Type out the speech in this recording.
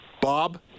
Bob